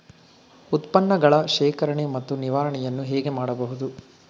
ಉತ್ಪನ್ನಗಳ ಶೇಖರಣೆ ಮತ್ತು ನಿವಾರಣೆಯನ್ನು ಹೇಗೆ ಮಾಡಬಹುದು?